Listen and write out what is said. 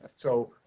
so,